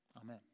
Amen